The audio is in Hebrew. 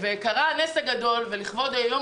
בעיקר שזה גם נוגע בליבת הפעילות שהוועדה הזו עוסקת ביום